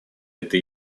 это